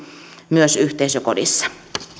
myös yhteisökodissa